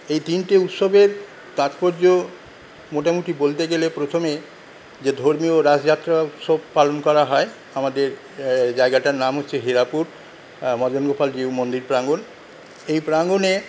এই তিনটে উৎসবের তাৎপর্য মোটামুটি বলতে গেলে প্রথমে যে ধর্মীয় রাসযাত্রা উৎসব পালন করা হয় আমাদের জায়গাটার নাম হচ্ছে হিরাপুর মদনগোপাল জীউ মন্দির প্রাঙ্গন এই প্রাঙ্গনে